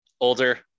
Older